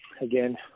again